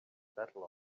battle